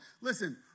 Listen